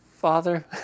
father